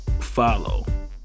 follow